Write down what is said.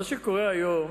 מה שקורה היום,